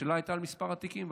השאלה הייתה על מספר התיקים,